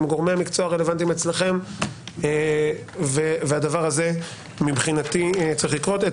עם גורמי המקצוע הרלוונטיים אצלכם והדבר הזה מבחינתי צריך לקרות.